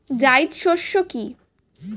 জায়িদ শস্য কি?